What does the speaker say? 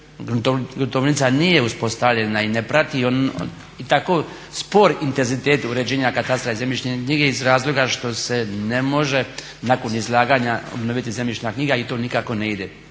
gruntovnica nije uspostavljena i ne prati, i tako spor intenzitet uređenja katastra i zemljišne knjige iz razloga što se ne može nakon izlaganja obnoviti zemljišna knjiga i to nikako ne ide.